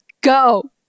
go